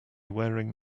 wearing